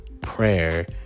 prayer